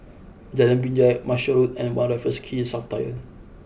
Jalan Binjai Marshall Road and One Raffles Quay South Tower